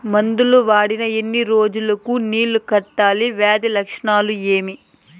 మందులు వాడిన ఎన్ని రోజులు కు నీళ్ళు కట్టాలి, వ్యాధి లక్షణాలు ఏమి?